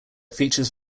features